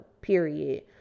period